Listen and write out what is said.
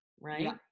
right